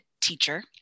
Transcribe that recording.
teacher